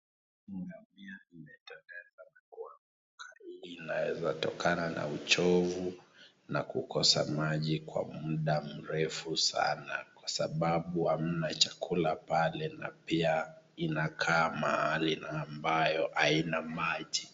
Ngamia imeteleza na kuanguka, hii inaeza tokana na uchovu na kukosa maji kwa muda mrefu sana, kwa sababu hamna chakula pale na pia inakaa mahali ambayo haina maji.